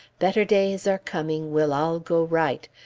better days are coming, we'll all go right,